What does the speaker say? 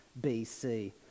BC